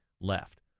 left